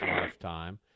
lifetime